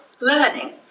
learning